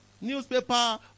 newspaper